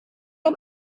van